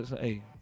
hey